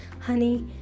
honey